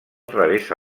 travessa